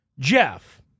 Jeff